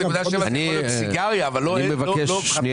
0.7 יכולה להיות סיגריה אבל לא חפיסה.